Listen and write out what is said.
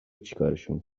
چیکارشون